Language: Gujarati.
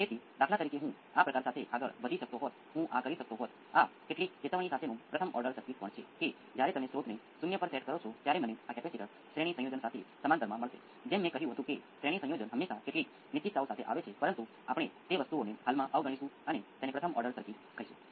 તેથી આ મર્યાદિત હોવા છતાં પણ નથી બધા પદ માત્ર સાઇનુંસોઈડ સાથે છે તમે અન્ય કોઈપણ ઇનપુટનો રિસ્પોન્સ પણ મેળવી શકો છો તે થોડો વધારે કષ્ટદાયક છે જેમાં થોડો વધુ શ્રમ સામેલ છે પરંતુ તમે હજી પણ તે કરી શકો છો અને તે પરીક્ષણ માટે પણ કરી શકાય